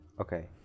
Okay